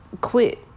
quit